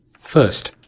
first,